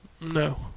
No